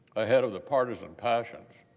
ahead of the partisan passions